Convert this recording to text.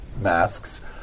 masks